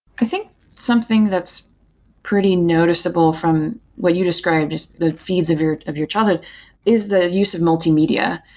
i think something that's pretty noticeable from what you described is the feeds of your of your childhood is the use of multimedia.